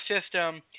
system